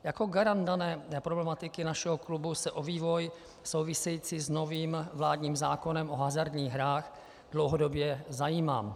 Jako garant této problematiky našeho klubu se o vývoj související s novým vládním zákonem o hazardních hrách dlouhodobě zajímám.